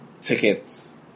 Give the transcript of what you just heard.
tickets